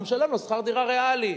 הוא משלם לו שכר דירה ריאלי,